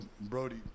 Brody